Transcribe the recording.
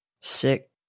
sick